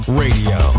radio